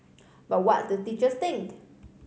but what do teachers think